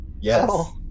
yes